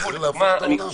תיקחו לדוגמה,